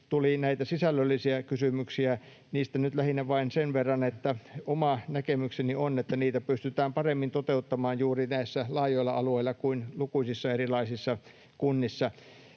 tuli sisällöllisiä kysymyksiä. Niistä nyt lähinnä vain sen verran, että oma näkemykseni on, että niitä pystytään paremmin toteuttamaan juuri näillä laajoilla alueilla kuin lukuisissa erilaisissa kunnissa.